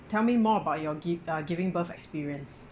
tell me more about your give uh giving birth experience